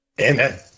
Amen